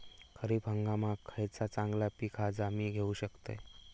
खरीप हंगामाक खयला चांगला पीक हा जा मी घेऊ शकतय?